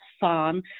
fun